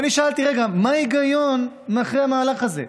ואני שאלתי: רגע, מה ההיגיון מאחורי המהלך הזה?